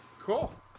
Cool